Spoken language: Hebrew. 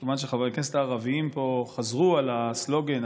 כיוון שחברי הכנסת הערבים פה חזרו על הסלוגן,